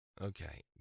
Okay